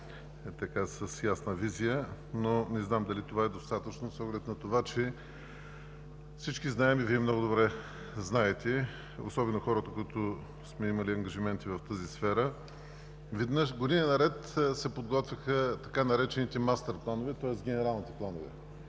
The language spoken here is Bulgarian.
че години наред се подготвяха така наречените „мастър планове“, тоест генералните планове.